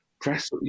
press